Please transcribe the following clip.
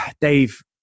Dave